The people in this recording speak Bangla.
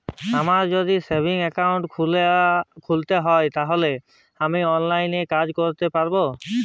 আমায় যদি সেভিংস অ্যাকাউন্ট খুলতে হয় তাহলে কি অনলাইনে এই কাজ করতে পারবো?